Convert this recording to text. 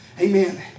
Amen